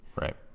Right